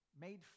made